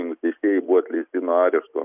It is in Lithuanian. nuteistieji buvo atleisti nuo arešto